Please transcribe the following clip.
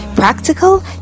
practical